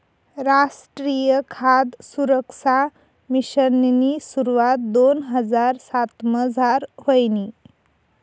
रासट्रीय खाद सुरक्सा मिशननी सुरवात दोन हजार सातमझार व्हयनी